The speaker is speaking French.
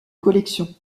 collection